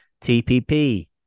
TPP